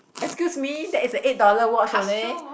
excuse me that is a eight dollar watch okay